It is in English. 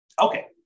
Okay